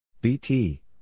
BT